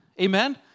Amen